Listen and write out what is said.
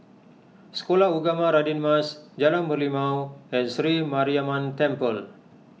Sekolah Ugama Radin Mas Jalan Merlimau and Sri Mariamman Temple